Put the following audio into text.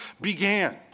began